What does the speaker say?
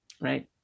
Right